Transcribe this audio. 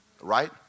right